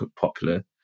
popular